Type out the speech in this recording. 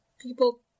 people